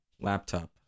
laptop